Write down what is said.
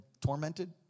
tormented